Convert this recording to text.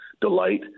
delight